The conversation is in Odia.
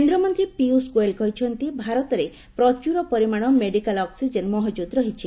କେନ୍ଦ୍ରମନ୍ତ୍ରୀ ପୀୟୂଷ ଗୋଏଲ କହିଛନ୍ତି ଭାରତରେ ପ୍ରଚୁର ପରିମାଣ ମେଡିକାଲ୍ ଅକ୍ସିକେନ୍ ମହଜୁଦ ରହିଛି